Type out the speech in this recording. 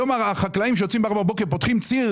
היום החקלאים שיוצאים בארבע בבוקר ופותחים ציר